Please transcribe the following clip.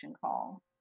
call